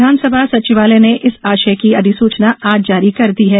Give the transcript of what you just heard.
विधानसभा सचिवालय ने इस आशय की अधिसूचना आज जारी कर दी है